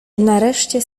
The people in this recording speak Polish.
nareszcie